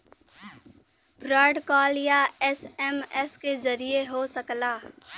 fraud call या SMS के जरिये हो सकला